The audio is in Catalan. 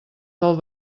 del